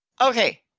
Okay